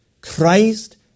Christ